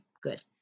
good